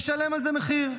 ישלם על זה מחיר.